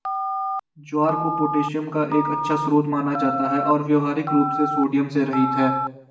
ज्वार को पोटेशियम का एक अच्छा स्रोत माना जाता है और व्यावहारिक रूप से सोडियम से रहित है